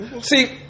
See